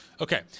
okay